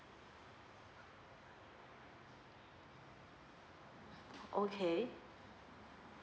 okay